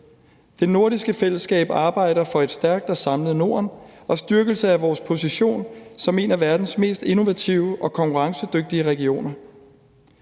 Det nordiske fællesskab arbejder for et stærkt og samlet Norden og en styrkelse af vores position som en af verdens mest innovative og konkurrencedygtige regioner.